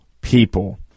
people